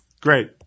Great